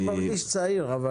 אני מרגיש צעיר.